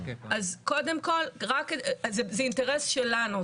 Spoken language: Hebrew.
אז קודם כל זה אינטרס שלנו,